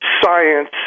science